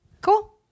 cool